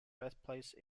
birthplace